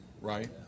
right